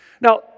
Now